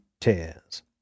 tears